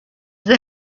they